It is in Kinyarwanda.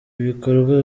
bikorwa